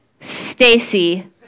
Stacy